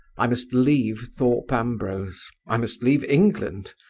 i must leave thorpe ambrose, i must leave england,